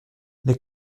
les